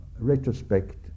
retrospect